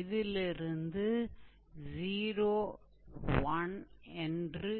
இதிலிருந்து 0 1 என்று